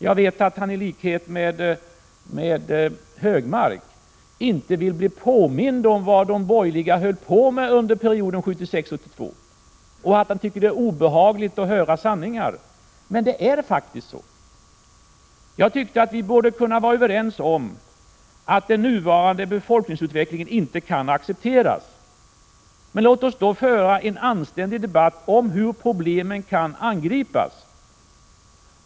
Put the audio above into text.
Jag vet att Börje Hörnlund och Anders G Högmark inte vill bli påminda om vad de borgerliga höll på med under perioden 1976-1982 och att de tycker att det är obehagligt att höra sanningar. Vi borde kunna vara överens om att den nuvarande befolkningsutvecklingen inte kan accepteras, men låt oss då föra en anständig debatt om hur problemen kan angripas.